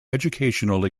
educational